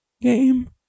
game